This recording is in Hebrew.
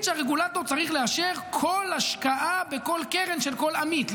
שהרגולטור צריך לאשר כל השקעה בכל קרן של כל עמית,